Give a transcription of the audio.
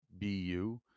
BU